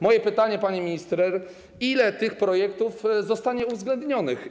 Moje pytanie, pani minister, ile tych projektów zostanie uwzględnionych?